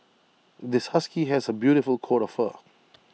this husky has A beautiful coat of fur